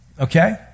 Okay